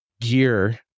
gear